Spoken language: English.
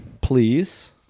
Please